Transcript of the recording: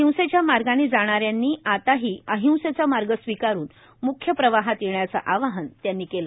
हिंसेच्या मार्गानी जाणाऱ्यांनी आताही अहिंसेचा मार्ग स्वीकारून म्ख्य प्रवाहात येण्याचं आवाहन त्यांनी केलं